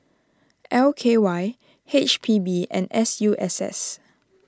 L K Y H P B and S U S S